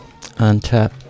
Untap